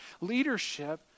Leadership